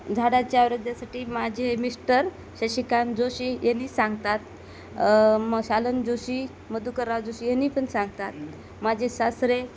झाडाच्या आरोग्यासाठी माझे मिस्टर शशिकांत जोशी यांनीनी सांगतात मग शालन जोशी मधुकराव जोशी यानी पण सांगतात माझे सासरे